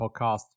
Podcast